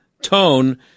tone